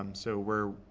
um so we're,